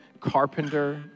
carpenter